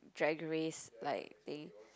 Drag Race like they